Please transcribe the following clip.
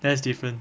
that's different